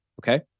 Okay